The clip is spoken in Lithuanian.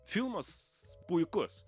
filmas puikus